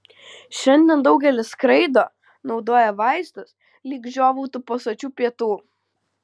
šiandien daugelis skraido naudoja vaistus lyg žiovautų po sočių pietų